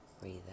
breathe